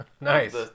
Nice